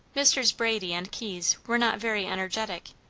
messrs. brady and keyes were not very energetic,